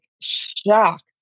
shocked